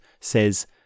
says